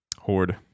horde